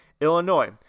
Illinois